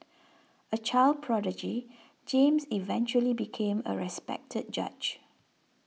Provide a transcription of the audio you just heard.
a child prodigy James eventually became a respected judge